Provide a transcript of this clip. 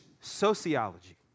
sociology